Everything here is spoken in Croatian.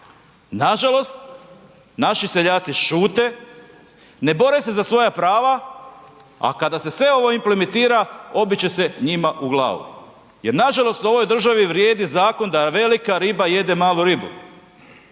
Nažalost, naši seljaci šute, ne bore se za svoja prava a kada se sve ovo implementira, obit će se njima u glavu. Jer nažalost, u ovoj državi vrijedi zakon da velika riba jede malu ribu.